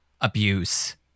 abuse